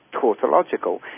tautological